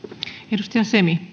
arvoisa